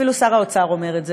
אפילו שר האוצר אומר את זה,